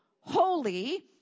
holy